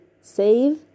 save